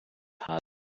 hard